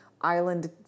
Island